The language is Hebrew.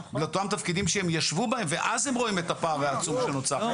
לאותם התפקידים שהם ישבו בהם ואז הם רואים את הפער העצום שנוצר.